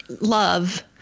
love